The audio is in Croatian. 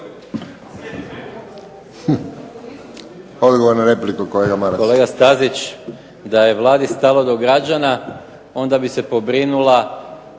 Kolega Stazić da je Vladi stalo do građana onda bi se pobrinula,